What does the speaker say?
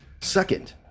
Second